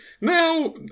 Now